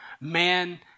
man